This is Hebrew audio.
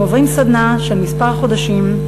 הם עוברים סדנה של כמה חודשים,